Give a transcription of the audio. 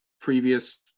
Previous